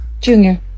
Junior